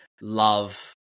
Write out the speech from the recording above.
love